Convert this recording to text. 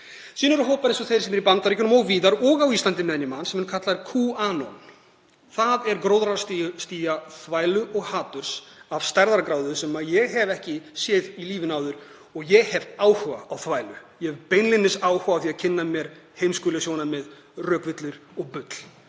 Síðan eru hópar eins og þeir sem eru í Bandaríkjunum og víðar, einnig á Íslandi meðan ég man, sem eru kallaðir QAnon. Það er gróðrarstía þvælu og haturs af stærðargráðu sem ég hef ekki séð í lífinu áður og hef ég þó áhuga á þvælu. Ég hef beinlínis áhuga á því að kynna mér heimskuleg sjónarmið, rökvillur og bull